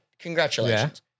Congratulations